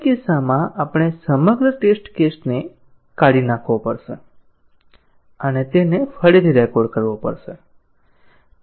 આ કિસ્સામાં આપણે સમગ્ર ટેસ્ટ કેસને કાardી નાખવો પડશે અને તેને ફરીથી રેકોર્ડ કરવો પડશે